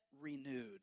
renewed